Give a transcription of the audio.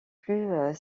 plus